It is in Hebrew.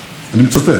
אני מצטט,